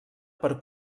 per